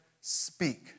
speak